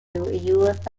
ulithi